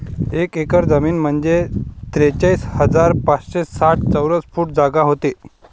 एक एकर जमीन म्हंजे त्रेचाळीस हजार पाचशे साठ चौरस फूट जागा व्हते